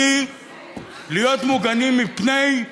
מלהיות מוגנים מפני,